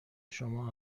شما